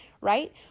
Right